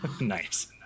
Nice